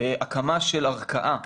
הקמה של ערכאה